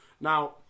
Now